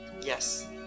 Yes